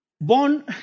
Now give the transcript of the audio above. Born